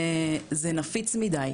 זה נפיץ מידי.